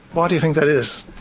why do you think that is?